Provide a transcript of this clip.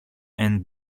and